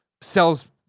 sells